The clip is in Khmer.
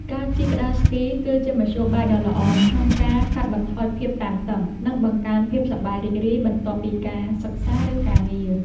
ការជិះក្ដារស្គី គឺជាមធ្យោបាយដ៏ល្អក្នុងការកាត់បន្ថយភាពតានតឹង និងបង្កើនភាពសប្បាយរីករាយបន្ទាប់ពីការសិក្សា ឬការងារ។